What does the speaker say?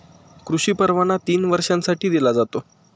कृषी परवाना तीन वर्षांसाठी दिला जातो